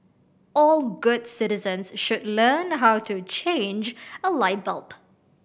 all good citizens should learn how to change a light bulb